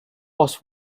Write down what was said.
was